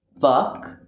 fuck